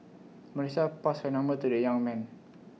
Melissa passed her number to the young man